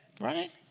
Right